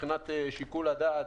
מבחינת שיקול הדעת,